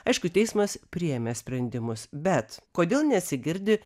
aišku teismas priėmė sprendimus bet kodėl nesigirdi